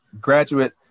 graduate